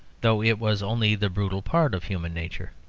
though it was only the brutal part of human nature.